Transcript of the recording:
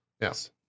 Yes